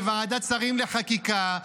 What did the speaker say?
בוועדת שרים לחקיקה,